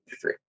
three